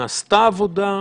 נעשתה עבודה,